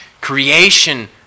Creation